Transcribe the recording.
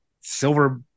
silver